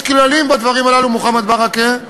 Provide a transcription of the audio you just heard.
יש כללים בדברים הללו, מוחמד ברכה,